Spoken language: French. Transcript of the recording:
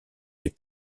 des